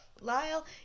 Lyle